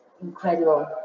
incredible